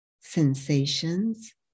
sensations